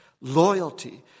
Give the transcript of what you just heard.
loyalty